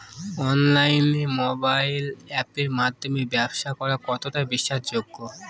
অনলাইনে মোবাইল আপের মাধ্যমে ব্যাবসা করা কতটা বিশ্বাসযোগ্য?